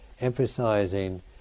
emphasizing